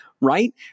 right